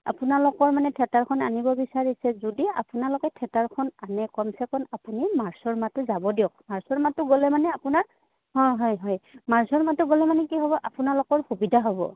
আপোনালোকৰ মানে থিয়েটাৰখন আনিব বিচাৰিছে যদি আপোনালোকে থিয়েটাৰখন আনে কমচে কম আপুনি মাৰ্চৰ মাহটো যাব দিয়ক মাৰ্চৰ মাহটো গ'লে মানে আপোনাৰ হয় হয় হয় মাৰ্চৰ মাহটো গ'লে মানে কি হ'ব আপোনালোকৰ সুবিধা হ'ব